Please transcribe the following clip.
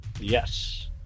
Yes